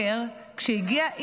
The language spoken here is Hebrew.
משה בהר סיני, היו לו רק הבטחות?